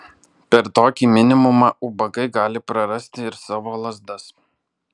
per tokį minimumą ubagai gali prarasti ir savo lazdas